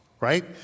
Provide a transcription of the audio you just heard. Right